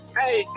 hey